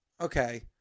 Okay